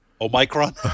omicron